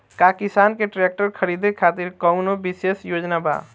का किसान के ट्रैक्टर खरीदें खातिर कउनों विशेष योजना बा?